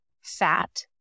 Fat